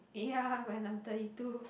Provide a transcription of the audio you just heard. ya when I'm thirty two